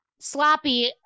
sloppy